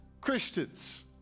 Christians